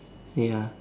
ya